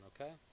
okay